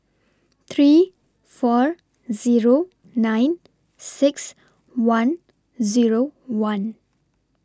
three four Zero nine six one Zero one